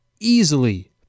easily